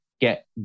get